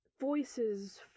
voices